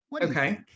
Okay